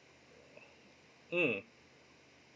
mm